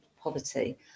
poverty